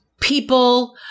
people